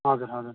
हजुर हजुर